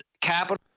capital